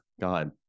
God